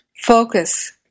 focus